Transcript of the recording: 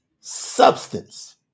substance